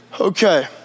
Okay